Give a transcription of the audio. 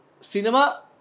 Cinema